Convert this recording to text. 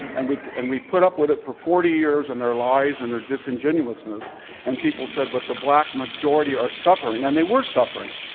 and we and we put up with it for forty years and their lies, and their disingenuousness and people said, but the black majority are suffering. and they were suffering.